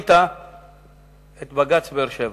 מנית את בג"ץ באר-שבע,